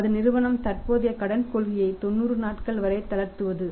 அது நிறுவனம் தற்போதைய கடன் கொள்கையை 90 நாட்கள் வரை தளர்த்துவது